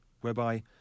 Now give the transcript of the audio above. whereby